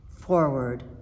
forward